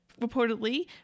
reportedly